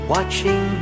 Watching